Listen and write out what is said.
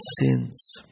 sins